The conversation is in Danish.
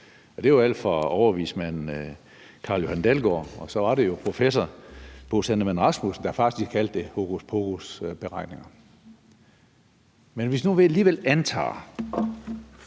Det er alt fra overvismand Carl-Johan Dalgaard til professor Bo Sandemann Rasmussen, der faktisk kaldte det hokuspokusberegninger.